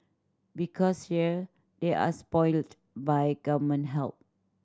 because here they are spoilt by Government help